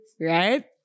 Right